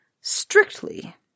strictly